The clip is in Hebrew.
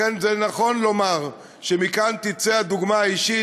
לכן זה נכון לומר שמכאן תצא הדוגמה האישית,